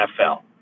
NFL